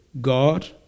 God